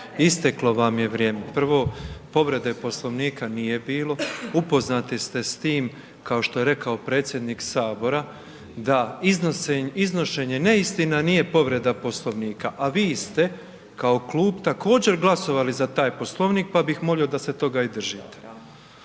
Isteklo vam je vrijeme, prvo povrede poslovnika nije bilo, upoznati ste s tim kao što je rekao predsjednik sabora, da iznošenje neistina nije povreda Poslovnika, a vi ste kao klub također glasovali za taj Poslovnik pa bih molio da se toga i držite.